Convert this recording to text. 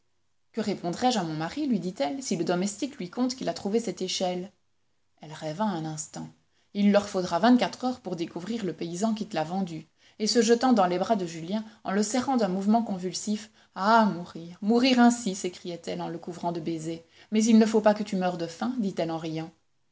que répondrai je à mon mari lui dit-elle si le domestique lui conte qu'il a trouvé cette échelle elle rêva un instant il leur faudra vingt-quatre heures pour découvrir le paysan qui te l'a vendue et se jetant dans les bras de julien en le serrant d'un mouvement convulsif ah mourir mourir ainsi s'écriait-elle en le couvrant de baisers mais il ne faut pas que tu meures de faim dit-elle en riant